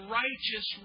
righteous